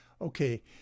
Okay